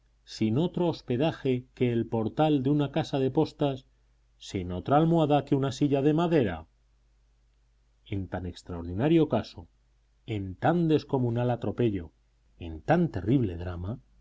sin otro hospedaje que el portal de una casa de postas sin otra almohada que una silla de madera en tan extraordinario caso en tan descomunal atropello en tan terrible drama